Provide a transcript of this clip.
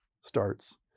starts